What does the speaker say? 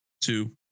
two